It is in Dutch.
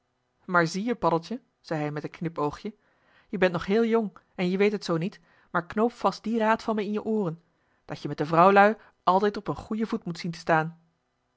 maar zie-je paddeltje zei hij met een knip oogje je bent nog heel jong en je weet het zoo niet maar knoop vast dien raad van me in je ooren dat je met de vrouwlui altijd op een goeien voet moet zien te staan